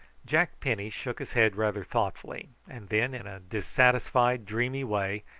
jack penny shook his head rather thoughtfully, and then, in a dissatisfied dreamy way,